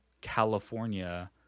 California